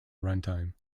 runtime